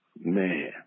Man